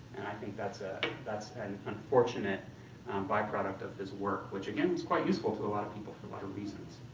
and i think that's ah that's an unfortunate byproduct of his work, which again was quite useful to a lot of people for a lot of reasons.